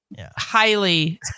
Highly